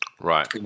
right